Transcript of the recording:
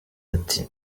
ati